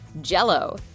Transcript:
jello